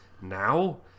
now